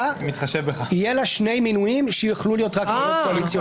יהיו שני מינויים שיוכלו להיות מהקואליציה.